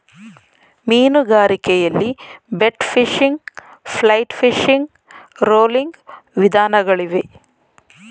ಮೀನುಗಾರಿಕೆಯಲ್ಲಿ bait fishing, flight fishing, rolling ವಿಧಾನಗಳಿಗವೆ